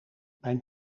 mijn